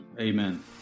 Amen